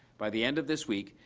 by the end of this week,